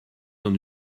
dans